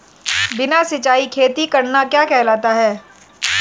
बिना सिंचाई खेती करना क्या कहलाता है?